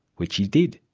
which he did.